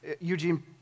Eugene